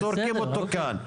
לחשמל שהוא מסוכן,